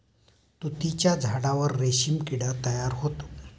तुतीच्या झाडावर रेशीम किडा तयार होतो